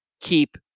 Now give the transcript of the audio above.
keep